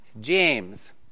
James